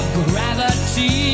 gravity